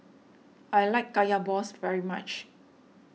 I like Kaya Balls very much